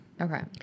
Okay